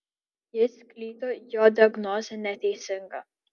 jis klydo jo diagnozė neteisinga